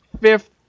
fifth